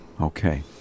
Okay